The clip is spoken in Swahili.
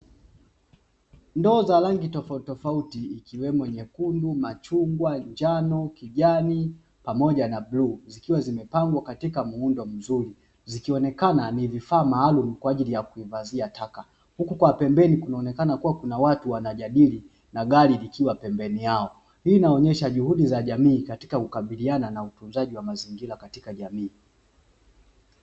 Ndoo za rangi tofauti tofauti ikiwemo nyekundu, machungwa, njano, kijani pamoja na bluu zikiwa zimepangwa katika muundo wa vizuri zikionekana ni vifaa maalum kwa ajili ya kuingizia taka huku kwa pembeni kunaonekana kuwa kuna watu wanajadili na gari likiwa pembeni yao. Hii inaonyesha juhudi za jamii katika kukabiliana na utunzaji wa mazingira katika jamii.